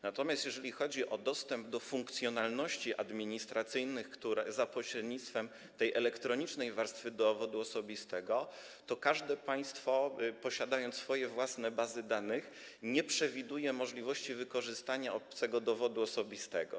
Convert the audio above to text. Natomiast jeżeli chodzi o dostęp do funkcjonalności administracyjnych za pośrednictwem elektronicznej warstwy dowodu osobistego, to każde państwo posiada swoje własne bazy danych i nie przewiduje możliwości wykorzystania obcego dowodu osobistego.